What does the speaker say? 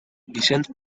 vicent